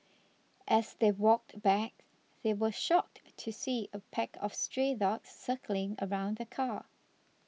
as they walked back they were shocked to see a pack of stray dogs circling around the car